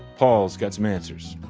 paul's got some answers.